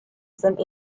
sind